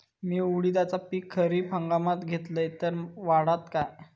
मी उडीदाचा पीक खरीप हंगामात घेतलय तर वाढात काय?